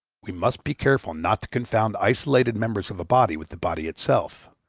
we must be careful not to confound isolated members of a body with the body itself.